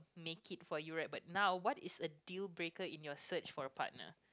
make it for you right but now what is a due breaker in your search for a partner